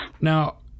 Now